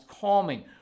calming